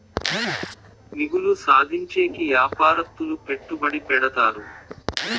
మిగులు సాధించేకి యాపారత్తులు పెట్టుబడి పెడతారు